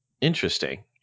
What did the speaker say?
Interesting